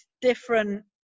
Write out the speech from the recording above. different